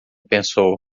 pensou